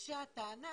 כשהטענה